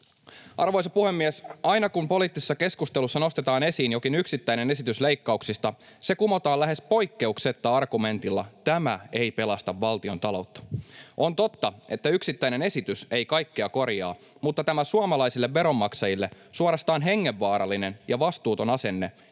Arvoisa puhemies! Aina kun poliittisessa keskustelussa nostetaan esiin jokin yksittäinen esitys leikkauksista, se kumotaan lähes poikkeuksetta argumentilla ”tämä ei pelasta valtiontaloutta”. On totta, että yksittäinen esitys ei kaikkea korjaa, mutta tämä suomalaisille veronmaksajille suorastaan hengenvaarallinen ja vastuuton asenne